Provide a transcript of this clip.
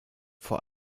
vor